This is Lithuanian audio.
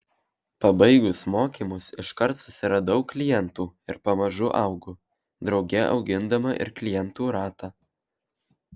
pabaigus mokymus iškart susiradau klientų ir pamažu augu drauge augindama ir klientų ratą